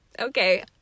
Okay